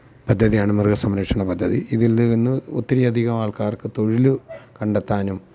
പദ്ധതിയാണ് മൃഗസംരക്ഷണ പദ്ധതി ഇതില് നിന്ന് ഒത്തിരി അധികം ആള്ക്കാര്ക്ക് തൊഴിൽ കണ്ടെത്താനും